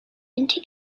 into